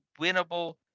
winnable